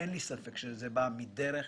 אין לי ספק שזה בה מדרך,